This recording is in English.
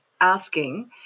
asking